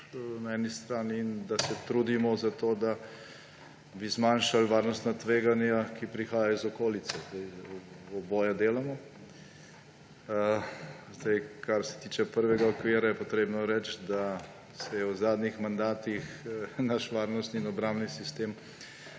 na eni strani in da se trudimo za to, da bi zmanjšali varnostna tveganja, ki prihajajo iz okolice. Zdaj oboje delamo. Kar se tiče prvega okvira, je potrebno reči, da se je v zadnjih mandatih naš varnostnih in obrambni sistem